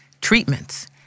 treatments